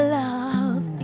love